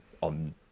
on